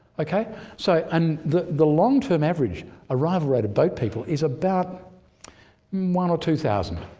okay so and the the long-term average arrival rate of boat people is about one or two thousand.